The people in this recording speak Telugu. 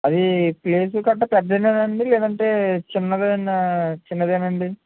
అది ప్లేసు గట్రా పెద్దదేనానండి లేదంటే చిన్నదేనా చిన్నదేనాండి